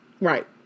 Right